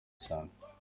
cyane